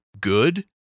good